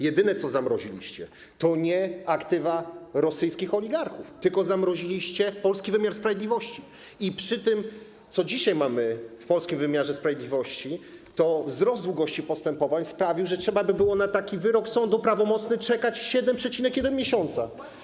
Jedyne, co zamroziliście, to nie aktywa rosyjskich oligarchów, tylko polski wymiar sprawiedliwości i przy tym, co dzisiaj mamy w polskim wymiarze sprawiedliwości, to wzrost długości postępowań sprawił, że trzeba by było na taki prawomocny wyrok sądu czekać 7,1 miesiąca.